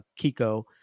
Kiko